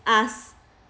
us